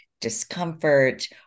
discomfort